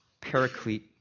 paraclete